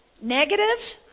negative